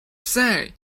say